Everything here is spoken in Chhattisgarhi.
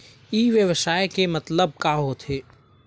ई व्यवसाय के मतलब का होथे?